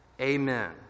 Amen